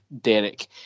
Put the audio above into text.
Derek